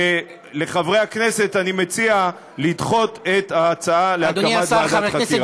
ולחברי הכנסת אני מציע לדחות את ההצעה להקמת ועדת חקירה.